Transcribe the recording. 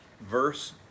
verse